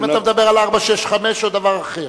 האם אתה מדבר על 465 או דבר אחר?